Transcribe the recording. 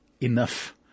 enough